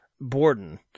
Borden